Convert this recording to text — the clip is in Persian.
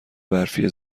برفی